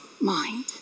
mind